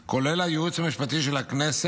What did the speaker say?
כולל הייעוץ המשפטי של הכנסת,